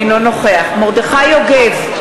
אינו נוכח מרדי יוגב,